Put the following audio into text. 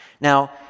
Now